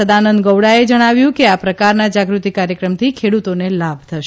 સદાનંદ ગૌવડાએ જણાવ્યું કે આ પ્રકારના જાગૃતિ કાર્યક્રમથી ખેડૂતોને લાભ થશે